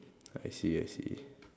I see I see